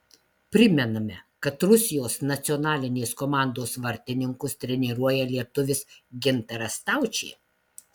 primename kad rusijos nacionalinės komandos vartininkus treniruoja lietuvis gintaras staučė